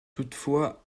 toutefois